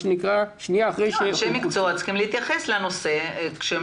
אנשי מקצוע צריכים להתייחס לנושא כשהם